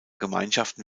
gemeinschaften